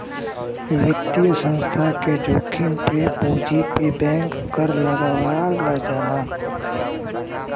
वित्तीय संस्थान के जोखिम पे पूंजी पे बैंक कर लगावल जाला